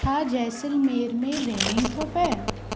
छा जैसलमेर में रेनिंंग थो पए